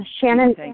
Shannon